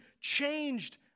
changed